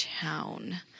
town